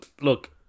look